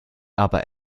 aber